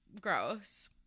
gross